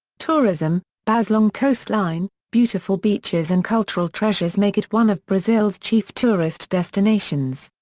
tourism bahia's long coastline, beautiful beaches and cultural treasures make it one of brazil's chief tourist destinations.